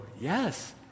yes